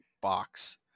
box